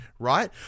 right